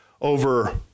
over